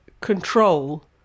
control